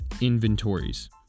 inventories